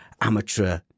amateur